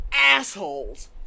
Assholes